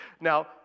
Now